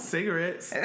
Cigarettes